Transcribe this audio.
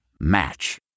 Match